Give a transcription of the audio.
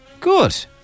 Good